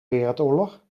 wereldoorlog